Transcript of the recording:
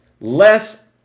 less